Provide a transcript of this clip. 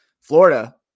Florida